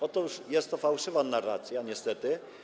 Otóż jest to fałszywa narracja, niestety.